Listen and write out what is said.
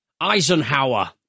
Eisenhower